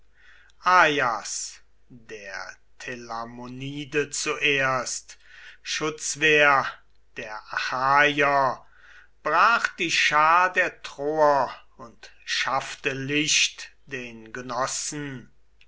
der telamonide zuerst schutzwehr der achaier brach die schar der troer und schaffte licht den genossen